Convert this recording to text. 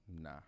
Nah